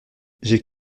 j’ai